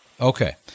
Okay